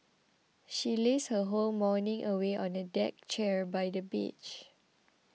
she lazed her whole morning away on a deck chair by the beach